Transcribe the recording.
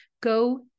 Go